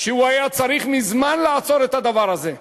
שהוא היה צריך מזמן לעצור את הדבר הזה,